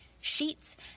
sheets